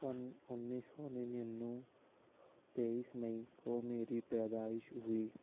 سن انیس سو ننانو تئیس مئی کو میری پیدائش ہوئی